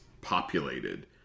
populated